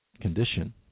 condition